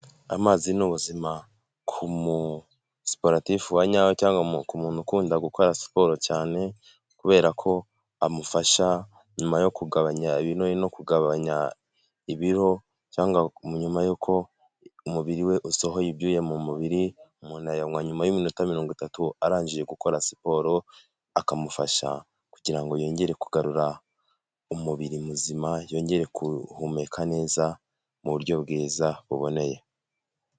Amazi ni ubuzima ku musiporutifu wa nyawe cyangwa ku umuntu ukunda gukora siporo cyane, kubera ko amufasha nyuma yo kugabanya ibinure no kugabanya ibiro, cyangwa nyuma y'uko umubiri we usohoye ibyuya mu mubiri, umuntu ayanywa nyuma y'iminota mirongo itatu arangije gukora siporo akamufasha kugirango yongere kugarura umubiri muzima, yongere guhumeka neza mu buryo bwiza buboneye.